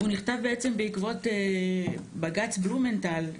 הוא נכתב בעקבות בג"ץ בלומנטל,